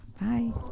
bye